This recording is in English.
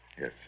Yes